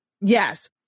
yes